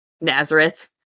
Nazareth